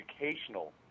educational